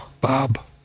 Bob